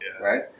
right